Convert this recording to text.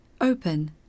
Open